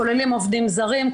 כוללים עובדים זרים,